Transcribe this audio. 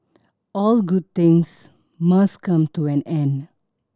all good things must come to an end